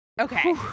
Okay